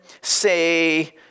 say